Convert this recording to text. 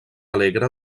alegre